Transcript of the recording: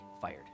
fired